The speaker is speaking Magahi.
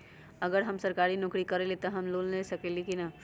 अगर हम सरकारी नौकरी करईले त हम लोन ले सकेली की न?